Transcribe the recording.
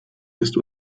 ist